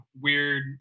weird –